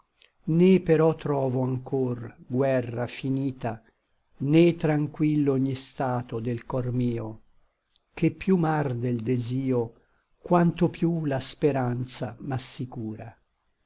né però trovo anchor guerra finita né tranquillo ogni stato del cor mio ché piú m'arde l desio quanto piú la speranza m'assicura